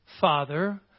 Father